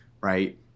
Right